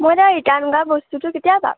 মই এতিয়া ৰিটাৰ্ণ কৰা বস্তুটো কেতিয়া পাম